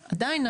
אז עדיין.